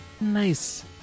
nice